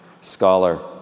scholar